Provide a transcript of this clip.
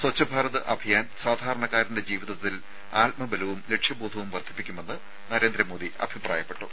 സ്വച്ഛ് ഭാരത് അഭിയാൻ സാധാരണക്കാരന്റെ ലക്ഷ്യബോധവും വർദ്ധിപ്പിക്കുമെന്ന് നരേന്ദ്രമോദി അഭിപ്രായപ്പെട്ടു